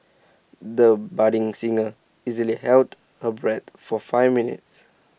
the budding singer easily held her breath for five minutes